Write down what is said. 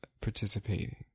participating